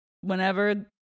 Whenever